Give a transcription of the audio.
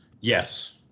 Yes